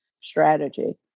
strategy